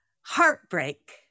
heartbreak